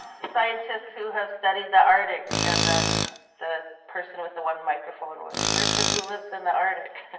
scientists who have studied the arctic and then the person with the one microphone was person who lives in the arctic.